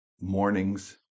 mornings